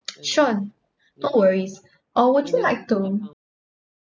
sure no worries uh would you like to